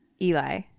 Eli